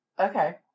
Okay